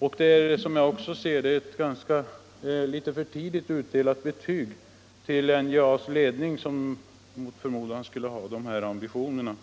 Betyget är också litet för tidigt utdelat till NJA:s ledning, som mot förmodan skulle ha dessa ambitioner.